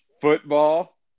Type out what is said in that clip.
football